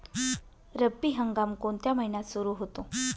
रब्बी हंगाम कोणत्या महिन्यात सुरु होतो?